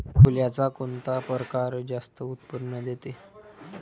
सोल्याचा कोनता परकार जास्त उत्पन्न देते?